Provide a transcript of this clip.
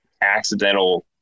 accidental